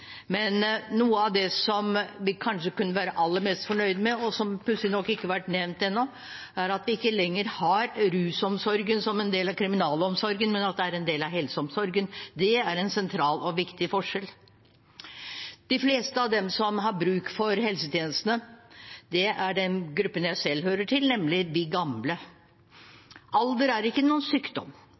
men noe av det som vi kanskje kan være aller mest fornøyd med, og som pussig nok ikke har vært nevnt ennå, er at vi ikke lenger har rusomsorgen som en del av kriminalomsorgen, men at det er en del av helseomsorgen. Det er en sentral og viktig forskjell. De fleste av dem som har bruk for helsetjenestene, er den gruppen jeg selv hører til, nemlig de gamle. Alder er ikke noen sykdom,